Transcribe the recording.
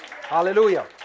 Hallelujah